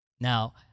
Now